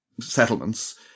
settlements